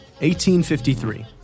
1853